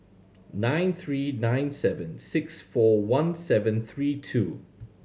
nine three nine seven six four one seven three two